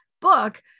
book